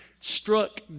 struck